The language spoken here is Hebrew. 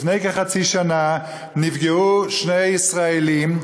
לפני כחצי שנה נפגעו שני ישראלים,